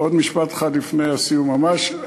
עוד משפט אחד לפני הסיום ממש.